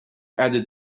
added